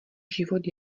život